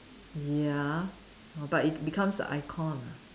ya but it becomes a icon ah